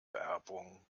werbung